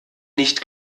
nicht